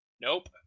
Nope